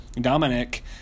Dominic